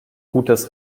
gutes